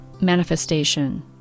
manifestation